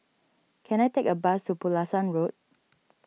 can I take a bus to Pulasan Road